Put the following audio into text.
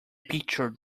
picture